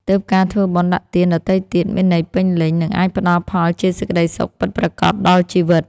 ទើបការធ្វើបុណ្យដាក់ទានដទៃទៀតមានន័យពេញលេញ និងអាចផ្តល់ផលជាសេចក្ដីសុខពិតប្រាកដដល់ជីវិត។